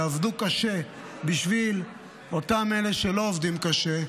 יעבדו קשה בשביל אותם אלה שלא עובדים קשה,